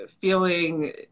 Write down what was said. feeling